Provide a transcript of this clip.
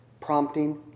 prompting